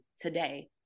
today